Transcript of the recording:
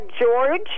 George